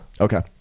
Okay